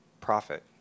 profit